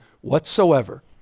whatsoever